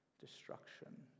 destruction